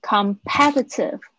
Competitive